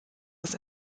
das